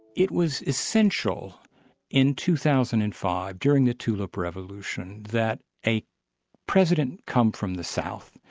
it was essential in two thousand and five, during the tulip revolution that a president come from the south.